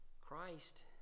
Christ